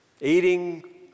eating